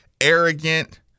arrogant